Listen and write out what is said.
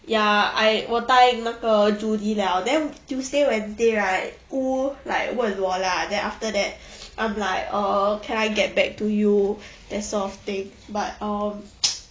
ya I 我答应那个 judie 了 then tuesday wednesday right wu like 问我 lah then after that I'm like uh can I get back to you that sort of thing but um